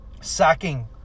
sacking